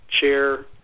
chair